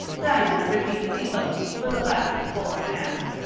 diana repeated the oath with a laugh fore and aft.